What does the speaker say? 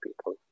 people